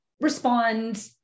respond